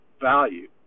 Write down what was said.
value